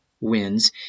wins